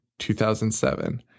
2007